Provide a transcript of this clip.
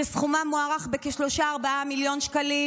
שסכומם מוערך ב-4-3 מיליון שקלים,